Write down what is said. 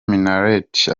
minaert